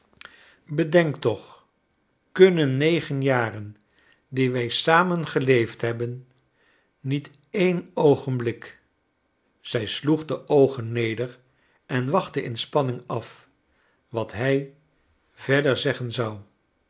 bedenk toch kunnen negen jaren die wij te samen geleefd hebben niet één oogenblik zij sloeg de oogen neder en wachtte in spanning af wat hij verder zeggen zou